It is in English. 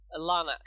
Alana